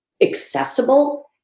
accessible